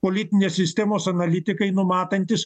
politinės sistemos analitikai numatantys